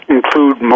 Include